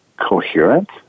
coherent